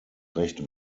recht